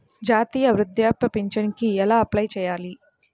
జాతీయ వృద్ధాప్య పింఛనుకి ఎలా అప్లై చేయాలి?